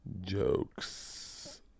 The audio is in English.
jokes